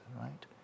right